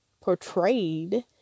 Portrayed